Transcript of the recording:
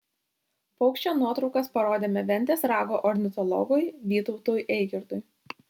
paukščio nuotraukas parodėme ventės rago ornitologui vytautui eigirdui